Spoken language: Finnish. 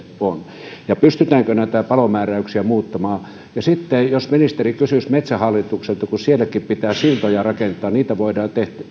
on pystytäänkö näitä palomääräyksiä muuttamaan sitten jos ministeri kysyisi metsähallitukselta kun sielläkin pitää siltoja rakentaa ja niitä voidaan